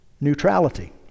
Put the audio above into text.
neutrality